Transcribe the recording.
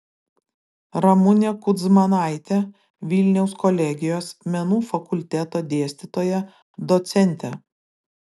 ramunė kudzmanaitė vilniaus kolegijos menų fakulteto dėstytoja docentė